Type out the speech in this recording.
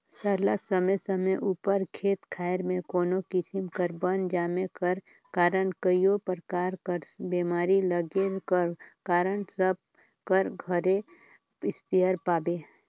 सरलग समे समे उपर खेत खाएर में कोनो किसिम कर बन जामे कर कारन कइयो परकार कर बेमारी लगे कर कारन सब कर घरे इस्पेयर पाबे